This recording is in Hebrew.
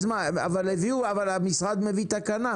אבל המשרד הביא תקנות,